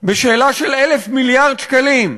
בשאלה של 1,000 מיליארד שקלים,